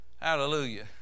hallelujah